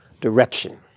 direction